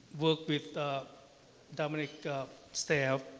work with dominic's staff,